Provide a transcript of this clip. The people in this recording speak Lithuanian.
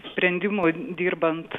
sprendimų dirbant